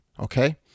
Okay